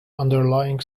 underlying